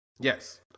Yes